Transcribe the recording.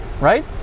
right